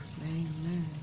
Amen